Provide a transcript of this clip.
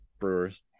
Brewers